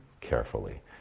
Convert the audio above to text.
carefully